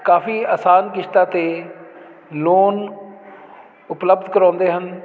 ਕਾਫੀ ਆਸਾਨ ਕਿਸ਼ਤਾਂ 'ਤੇ ਲੋਨ ਉਪਲਬਧ ਕਰਵਾਉਂਦੇ ਹਨ